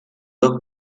dos